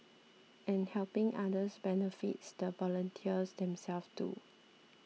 and helping others benefits the volunteers themselves too